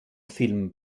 film